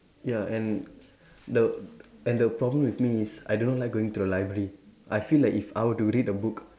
ya and the and the problem with me is I do not like going to the library I feel like if I were to read a book